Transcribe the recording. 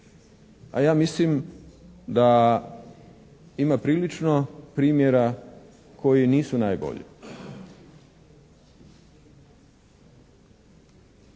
a ja mislim da ima prilično primjera koji nisu najbolji.